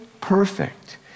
Perfect